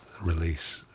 release